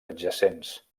adjacents